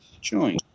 join